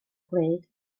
bryd